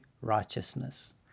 righteousness